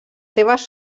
seves